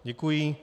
Děkuji.